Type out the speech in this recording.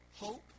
hope